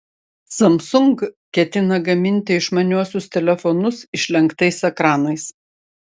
samsung ketina gaminti išmaniuosius telefonus išlenktais ekranais